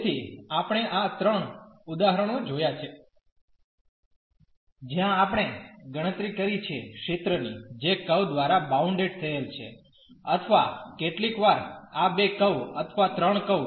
તેથી આપણે આ 3 ઉદાહરણો જોયા છે જ્યાં આપણે ગણતરી કરી છે ક્ષેત્ર ની જે કર્વ દ્વારા બાઉન્ડેડ થયેલ છે અથવા કેટલીકવાર આ બે કર્વ અથવા ત્રણ કર્વ